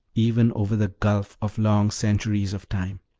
even over the gulf of long centuries of time.